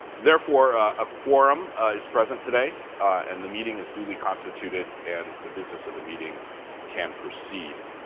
therefore, a quorum is present today, and the meeting is duly constituted, and the business of the meeting can proceed.